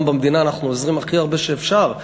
במדינה אנחנו עוזרים הכי הרבה שאפשר,